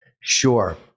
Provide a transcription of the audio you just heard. sure